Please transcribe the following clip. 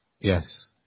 Yes